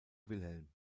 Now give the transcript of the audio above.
wilhelm